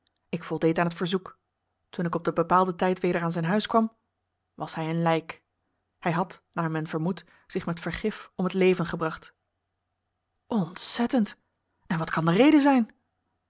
ik voldeed aan het verzoek toen ik op den bepaalden tijd weder aan zijn huis kwam was hij een lijk hij had naar men vermoedt zich met vergif om t leven gebracht ontzettend en wat kan de reden zijn